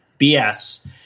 BS